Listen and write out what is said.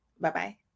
Bye-bye